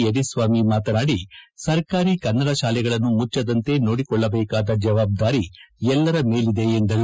ಯರಿಸ್ವಾಮಿ ಮಾತನಾಡಿ ಸರ್ಕಾಂ ಕನ್ನಡ ಶಾಲೆಗಳನ್ನು ಮುಚ್ಚದಂತೆ ನೋಡಿಕೊಳ್ಳಬೇಕಾದ ಜವಾಬ್ದಾರಿ ಎಲ್ಲರ ಮೇಲಿದೆ ಎಂದರು